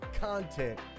content